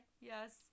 Yes